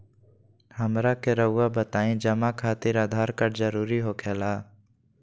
हमरा के रहुआ बताएं जमा खातिर आधार कार्ड जरूरी हो खेला?